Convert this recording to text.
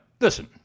listen